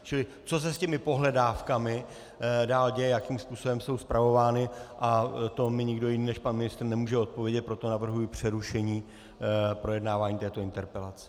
Čili co se s těmi pohledávkami dál děje, jakým způsobem jsou spravovány, a to mi nikdo jiný než pan ministr nemůže odpovědět, proto navrhuji přerušení projednávání této interpelace.